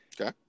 Okay